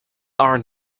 are